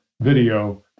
video